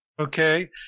okay